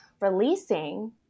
releasing